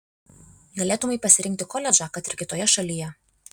galėtumei pasirinkti koledžą kad ir kitoje šalyje